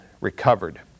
recovered